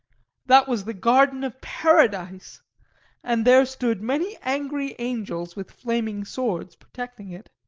that was the garden of paradise and there stood many angry angels with flaming swords protecting it